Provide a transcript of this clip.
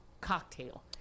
cocktail